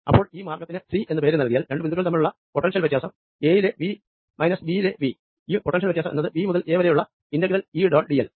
അപ്പോൾ ഈ മാർഗ്ഗത്തിന് സി എന്ന് പേര് നൽകിയാൽ രണ്ടു പോയിന്റുകൾ തമ്മിലുള്ള പൊട്ടൻഷ്യൽ വ്യത്യാസം എ യിലെ വി മൈനസ് ബി യിലെ വി ഈ പൊട്ടൻഷ്യൽ വ്യത്യാസം എന്നത് ബി മുതൽ എ വരെയുള്ള ഇന്റഗ്രൽ ഈ ഡോട്ട് ഡിഎൽ